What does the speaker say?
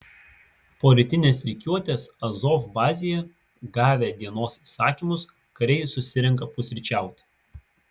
po rytinės rikiuotės azov bazėje gavę dienos įsakymus kariai susirenka pusryčiauti